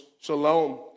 Shalom